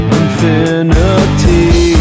infinity